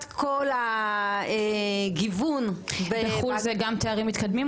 כל הגיוון --- בחו"ל זה גם לתארים מתקדמים?